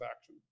action